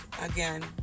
again